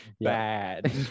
Bad